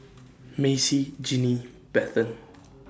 Macey Jinnie Bethann